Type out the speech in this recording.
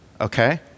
Okay